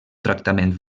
tractament